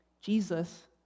Jesus